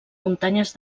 muntanyes